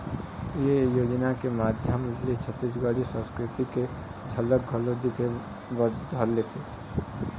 ए योजना के माधियम ले छत्तीसगढ़ी संस्कृति के झलक घलोक दिखे बर धर लेथे